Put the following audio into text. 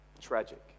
Tragic